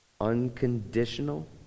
Unconditional